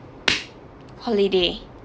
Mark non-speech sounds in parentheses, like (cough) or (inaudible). (noise) holiday